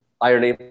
irony